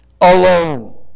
alone